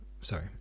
sorry